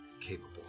Capable